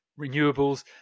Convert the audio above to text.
renewables